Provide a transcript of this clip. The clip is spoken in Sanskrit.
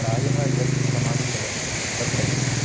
प्रायः यत् समाजे चलति तत् पश्यन्ति